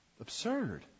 Absurd